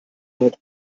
noch